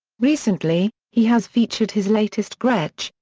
recently, he has featured his latest gretsch,